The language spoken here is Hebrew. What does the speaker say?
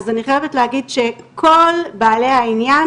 אז אני חייבת להגיד שכל בעלי העניין